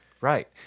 Right